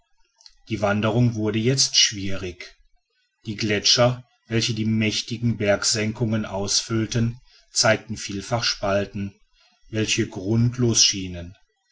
die wanderung wurde jetzt schwierig die gletscher welche die mächtigen bergsenkungen ausfüllten zeigten vielfach spalten welche grundlos schienen